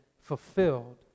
fulfilled